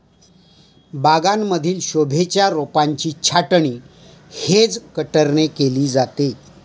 बागांमधील शोभेच्या रोपांची छाटणी हेज कटरने केली जाते